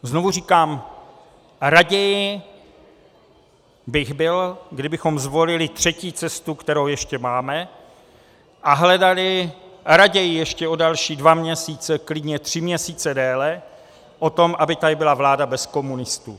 Znovu říkám, raději bych byl, kdybychom zvolili třetí cestu, kterou ještě máme, a hledali raději ještě o další dva měsíce, klidně tři měsíce déle proto, aby tady byla vláda bez komunistů.